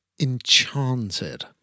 enchanted